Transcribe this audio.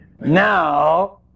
Now